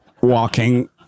walking